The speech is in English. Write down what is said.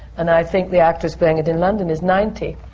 and i think the actress playing it in london is nineteen.